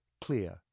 clear